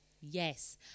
Yes